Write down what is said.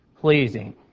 pleasing